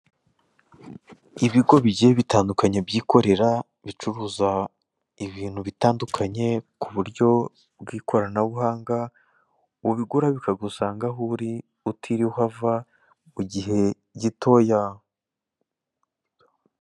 Ibigo bigiye bitandukanye byikorera, bitandukanye bicuruza ibintu bitandukanye ku buryo bw'ikoranabuhanga ubigura bikagisanga aho uri utiriwe ahava, mu gihe gitoya.